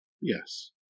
Yes